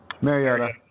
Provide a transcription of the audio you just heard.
Mariota